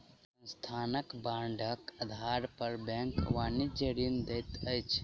संस्थानक बांडक आधार पर बैंक वाणिज्यक ऋण दैत अछि